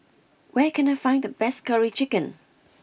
where can I find the best Curry Chicken